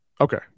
Okay